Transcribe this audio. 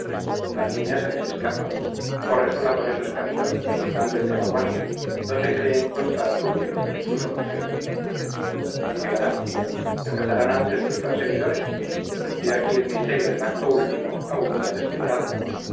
la niña se les escapa corre sola por esos caminos buscando el de la guardia donde cree encontrar su bien su solución llegará la cazarán antes sus perseguidores he aquí el misterio del acto último aún no descifrado